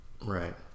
Right